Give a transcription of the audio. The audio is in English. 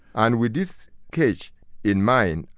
and with this case in mind,